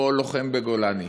או לוחם בגולני,